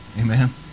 Amen